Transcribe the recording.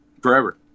forever